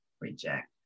reject